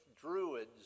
Druids